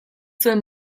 zuen